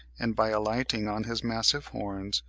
and by alighting on his massive horns,